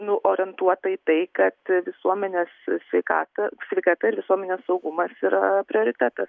nu orientuota į tai kad visuomenės sveikatą sveikata ir visuomenės saugumas yra prioritetas